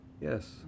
yes